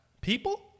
People